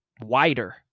wider